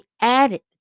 added